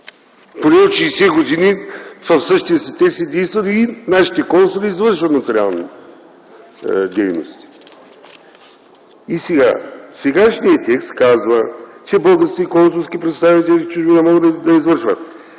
от 60 години в същия си текст действа и нашите консули извършват нотариални дейности. Сегашният текст казва: „Български консулски представители в чужбина могат да удостоверяват